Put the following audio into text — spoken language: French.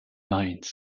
marines